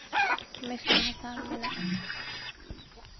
ᱢᱮᱥᱟ ᱦᱟᱥᱟ ᱢᱮᱱᱟᱜᱼᱟ